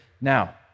now